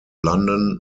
london